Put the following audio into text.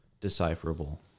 decipherable